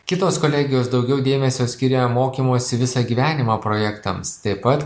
kitos kolegijos daugiau dėmesio skiria mokymosi visą gyvenimą projektams taip pat